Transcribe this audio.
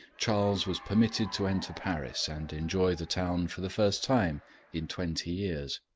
charles was permitted to enter paris and enjoy the town for the first time in twenty years.